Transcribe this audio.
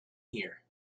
here